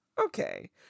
Okay